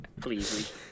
please